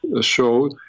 show